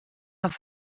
auf